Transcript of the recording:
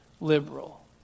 liberal